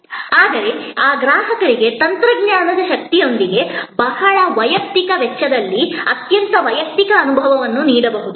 ಆದರೆ ಆ ಗ್ರಾಹಕರಿಗೆ ತಂತ್ರಜ್ಞಾನದ ಶಕ್ತಿಯೊಂದಿಗೆ ಬಹಳ ವೈಯಕ್ತಿಕ ವೆಚ್ಚದಲ್ಲಿ ಅತ್ಯಂತ ವೈಯಕ್ತಿಕ ಅನುಭವವನ್ನು ನೀಡಬಹುದು